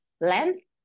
length